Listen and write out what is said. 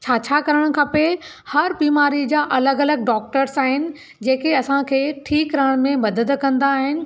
छा छा करणु खपे हर बीमारी जा अलॻि अलॻि डॉक्टर्स आहिनि जेके असांखे ठीकु रहण में मदद कंदा आहिनि